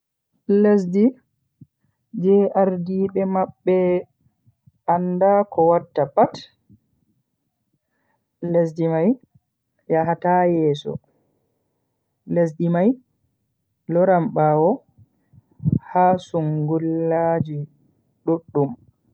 Lesdi je ardiibe mabbe anda ko watta pat, lesdi mai yahata yeso lesdi mai loran bawo ha sungullaji duddum.